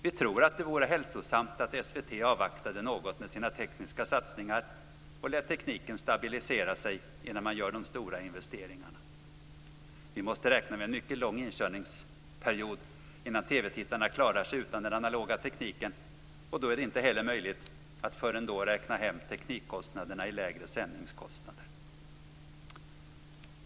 Vi tror att det vore hälsosamt att SVT avvaktade något med sina tekniska satsningar och lät tekniken stabilisera sig innan man gör de stora investeringarna. Vi måste räkna med en mycket lång inkörningsperiod innan TV-tittarna klarar sig utan den analoga tekniken. Det är inte heller möjligt att innan dess räkna hem teknikkostnaderna i lägre sändningskostnader.